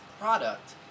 product